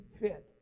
fit